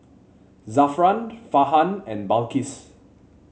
Zafran Farhan and Balqis